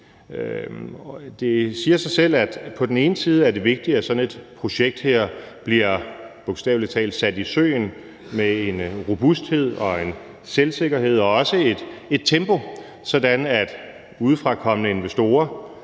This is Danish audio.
Det siger sig selv, at det på den ene side er vigtigt, at sådan et projekt her bogstavelig talt bliver sat i søen med en robusthed og en selvsikkerhed og også et tempo, der gør, at udefrakommende investorer